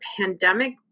pandemic